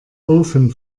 ofen